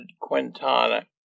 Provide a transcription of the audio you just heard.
Quintana